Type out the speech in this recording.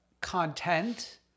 content